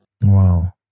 Wow